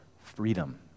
freedom